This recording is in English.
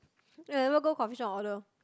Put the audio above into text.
eh I never go coffee shop order